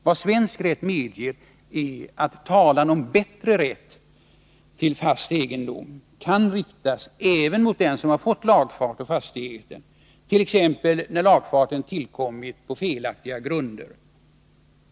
Vad svensk rätt medeger är att talan om bättre rätt till fast egendom kan riktas även mot den som fått lagfart å fastigheten, t.ex. när lagfarten tillkommit på felaktiga grunder.